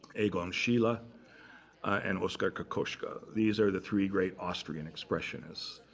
egon schiele, ah and oskar kokoschka. these are the three great austrian expressionists.